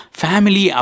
family